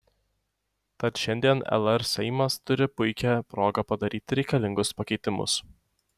tad šiandien lr seimas turi puikią progą padaryti reikalingus pakeitimus